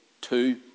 Two